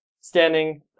standing